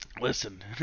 Listen